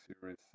series